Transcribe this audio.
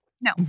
No